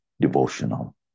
devotional